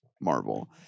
Marvel